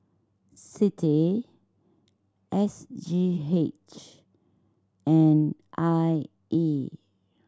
CITI S G H and I E